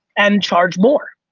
and charge more.